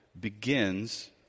begins